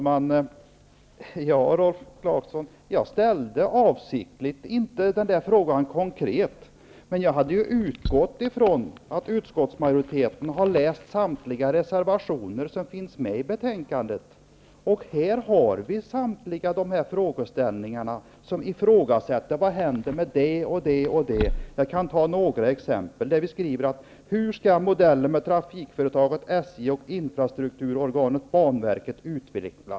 Herr talman! Jag ställde avsiktligt inte den konkreta frågan, Rolf Clarkson. Men jag utgick från att utskottsmajoriteten hade läst samtliga reservationer som är fogade till betänkandet. Där finns samtliga frågeställningar angående vad som skall hända med olika saker. Vi frågar bl.a.: ''Hur skall modellen med trafikföretaget SJ och infrastrukturorganet banverket utvecklas?''